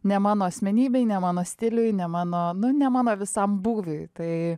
ne mano asmenybei ne mano stiliui ne mano nu ne mano visam būdui tai